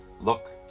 look